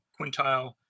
quintile